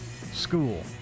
school